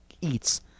eats